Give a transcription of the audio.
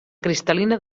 cristal·lina